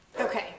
Okay